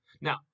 Now